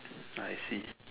I see